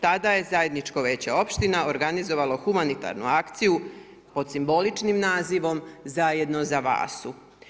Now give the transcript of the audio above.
Tada je zajedničko vijeće općine ograniziralo humanitarnu akciju pod simboličnim nazivom „Zajedno za Vasu“